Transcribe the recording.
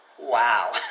wow